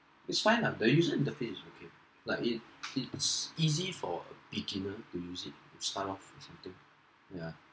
it's fine lah the user interface is okay like it it's easy for beginners to use it to start off with something yeah